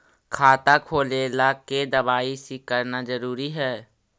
खाता खोले ला के दवाई सी करना जरूरी है?